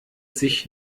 sich